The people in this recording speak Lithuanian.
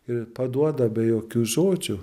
ir paduoda be jokių žodžių